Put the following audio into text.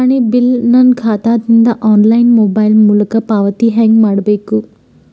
ಕಿರಾಣಿ ಬಿಲ್ ನನ್ನ ಖಾತಾ ದಿಂದ ಆನ್ಲೈನ್ ಮೊಬೈಲ್ ಮೊಲಕ ಪಾವತಿ ಹೆಂಗ್ ಮಾಡಬೇಕು?